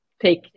take